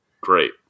great